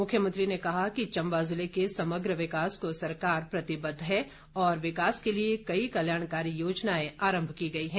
मुख्यमंत्री ने कहा कि चंबा जिले के समग्र विकास को सरकार प्रतिबद्ध है और विकास के लिए कई कल्याणकारी योजनाएं आरम्भ की गई हैं